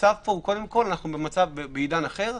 שאנחנו בעידן אחר.